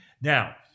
Now